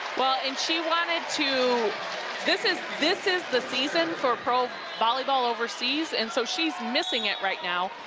well, and she wanted to this is this is the season for pro volleyball overseas and so, she's missing it right now.